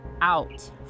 out